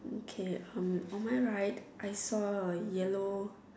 okay on on my right I saw a yellow